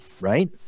right